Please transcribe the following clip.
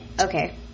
Okay